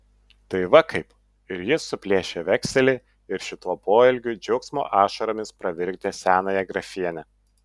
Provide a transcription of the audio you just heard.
tai va kaip ir jis suplėšė vekselį ir šituo poelgiu džiaugsmo ašaromis pravirkdė senąją grafienę